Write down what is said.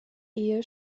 ehe